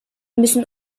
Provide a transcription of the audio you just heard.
müssen